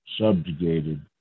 subjugated